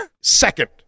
Second